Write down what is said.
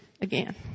again